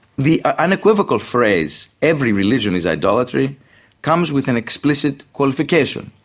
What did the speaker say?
the unequivocal phrase every religion is idolatry comes with an explicit qualification,